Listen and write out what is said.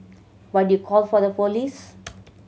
but you called for the police